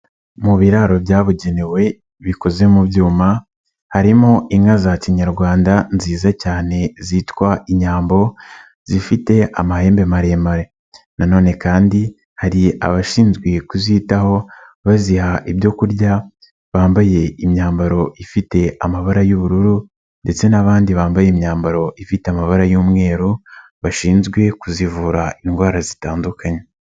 Mu biraro byabugenewe bikoze mu byuma harimo inka za kinyarwanda nziza cyane zitwa inyambo zifite amahembe maremare nanone kandi hari abashinzwe kuzitaho baziha ibyo kurya bambaye imyambaro ifite amabara y'ubururu ndetse n'abandi bambaye imyambaro ifite amabara y'umweru bashinzwe kuzivura indwara zitandukanye.